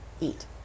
eat